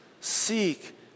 seek